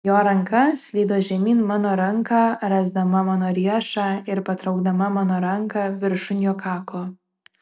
jo ranka slydo žemyn mano ranką rasdama mano riešą ir patraukdama mano ranką viršun jo kaklo